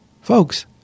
Folks